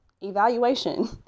evaluation